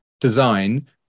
design